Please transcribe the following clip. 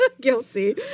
guilty